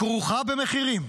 כרוכה במחירים.